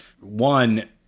One